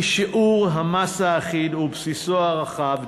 כי שיעור המס האחיד ובסיסו הרחב,